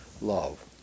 love